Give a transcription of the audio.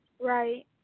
Right